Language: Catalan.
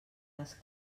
les